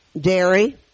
dairy